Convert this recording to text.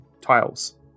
tiles